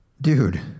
dude